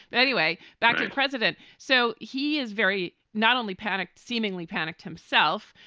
anyway, back to the president. so he is very not only panicked, seemingly panicked himself,